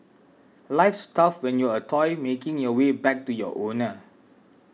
life's tough when you're a toy making your way back to your owner